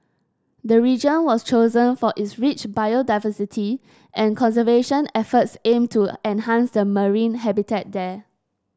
the region was chosen for its rich biodiversity and conservation efforts aim to enhance the marine habitat there